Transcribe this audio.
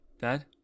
Dad